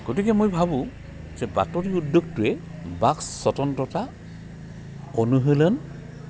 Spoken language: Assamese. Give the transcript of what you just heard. গতিকে মই ভাবোঁ যে বাতৰি উদ্যোগটোৱে বাক স্বতন্ত্ৰতা অনুশীলন